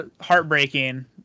heartbreaking